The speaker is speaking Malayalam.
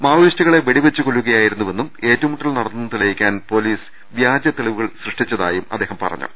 മാവോയി സ്റ്റുകളെ വെടിവെച്ച് കൊല്ലുകയായിരുന്നുവെന്നും ഏറ്റുമുട്ടൽ നടന്നെന്ന് തെളിയിക്കാൻ പൊലീസ് വ്യാജ തെളിവുകൾ സൃഷ്ടിച്ചതായും അദ്ദേഹം പറഞ്ഞു